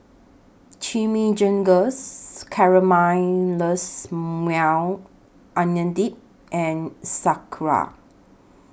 Chimichangas Caramelized Maui Onion Dip and Sauerkraut